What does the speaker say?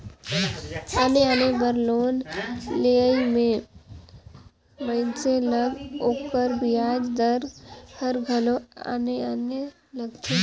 आने आने बर लोन लेहई में मइनसे ल ओकर बियाज दर हर घलो आने आने लगथे